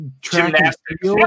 gymnastics